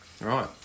right